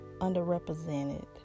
underrepresented